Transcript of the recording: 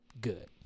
good